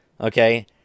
okay